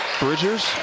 Bridgers